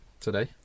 today